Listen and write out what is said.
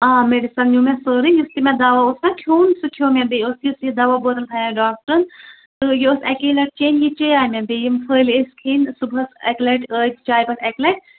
آ میٚڈِسَن نیٛوٗ مےٚ سورُے یُس تہِ مےٚ دَوا اوس نا کھیٚون سُہ کھیٚوو مےٚ بیٚیہِ اوس یُس یہِ دَوا بوتَل تھَو ڈاکٹٕرَن تہٕ یہِ ٲس اَکی لَٹہِ چیٚنۍ یہِ چِیاے مےٚ بیٚیہِ یِم فٔلۍ ٲسۍ کھیٚنۍ صُبحس اَکہِ لَٹہِ ٲدۍ چاے پیٚٹھ اَکہِ لَٹہِ